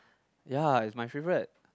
ya it's my favorite